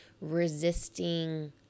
resisting